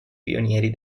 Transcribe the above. pionieri